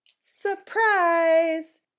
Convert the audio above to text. surprise